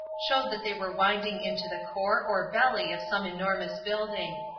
showed that they were winding into the core or belly of some enormous building.